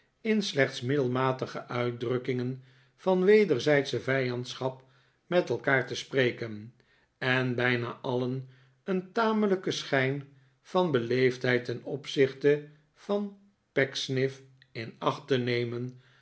in slechts middelmatige uitdrukkingen van wederzijdsche vijandschap met elkaar te spreken en bijna alien een tamelijken schijn van beleefdheid ten opzichte van pecksniff in acht te nemen